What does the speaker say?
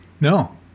No